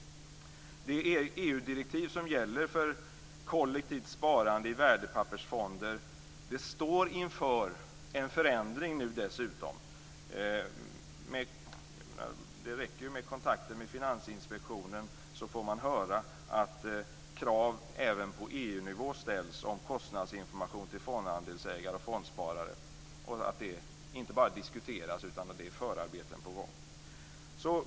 Det EU-direktiv som gäller för kollektivt sparande i värdepappersfonder står dessutom inför en förändring. Det räcker att kontakta Finansinspektionen så får man höra att krav ställs på EU-nivå om kostnadsinformation till fondandelsägare och fondsparare. Det är inte bara fråga om diskussioner, utan även förarbeten pågår.